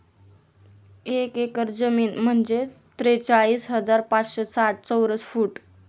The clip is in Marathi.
एक एकर जमीन म्हणजे त्रेचाळीस हजार पाचशे साठ चौरस फूट